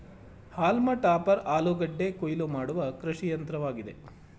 haulm topper ಆಲೂಗೆಡ್ಡೆ ಕುಯಿಲು ಮಾಡುವ ಕೃಷಿಯಂತ್ರವಾಗಿದೆ